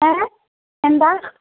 ഏ എന്താ